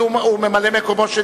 שלו